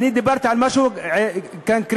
דיברתי על משהו קונקרטי,